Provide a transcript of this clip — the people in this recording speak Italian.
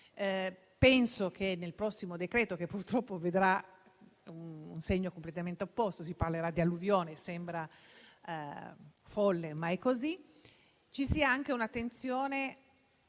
Penso che nel prossimo decreto, che purtroppo vedrà un segno completamente opposto, visto che si parlerà di alluvioni - sembra folle, ma è così - ci sarà anche un'attenzione